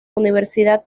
universidad